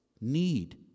need